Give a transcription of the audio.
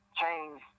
change